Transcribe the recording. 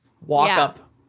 walk-up